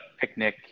picnic